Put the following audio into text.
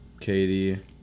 Katie